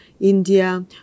India